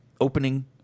opening